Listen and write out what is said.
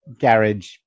garage